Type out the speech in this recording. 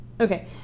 Okay